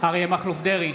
אריה מכלוף דרעי,